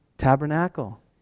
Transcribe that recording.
tabernacle